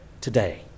today